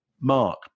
Mark